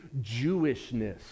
Jewishness